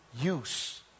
use